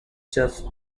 just